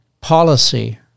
policy